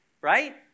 right